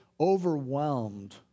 overwhelmed